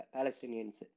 Palestinians